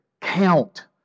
count